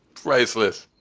priceless.